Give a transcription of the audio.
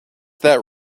that